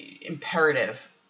imperative